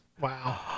Wow